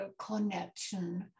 connection